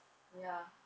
ya